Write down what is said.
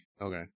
Okay